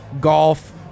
golf